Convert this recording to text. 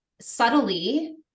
subtly